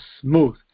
smooth